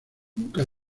nunca